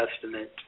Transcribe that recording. testament